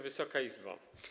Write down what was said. Wysoka Izbo!